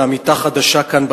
ועמיתה חדשה כאן,